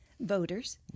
voters